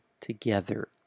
together